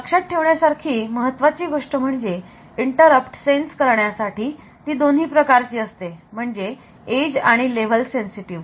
लक्षात ठेवण्यासारखी महत्त्वाची गोष्ट म्हणजे इंटरप्ट सेन्स करण्यासाठी ती दोन्ही प्रकारची असते म्हणजे एज आणि लेव्हल सेन्सिटिव्ह